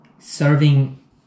Serving